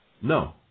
No